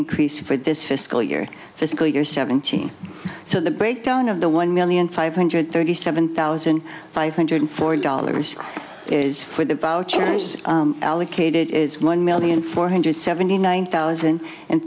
increase for this fiscal year fiscal year seventeen so the breakdown of the one million five hundred thirty seven thousand five hundred forty dollars is for the vouchers allocated is one million four hundred seventy nine thousand and